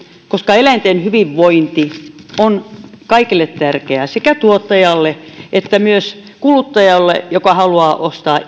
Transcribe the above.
koska eläinten hyvinvointi on kaikille tärkeää sekä tuottajalle että myös kuluttajalle joka haluaa ostaa